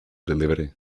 delivery